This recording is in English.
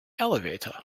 elevator